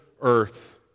earth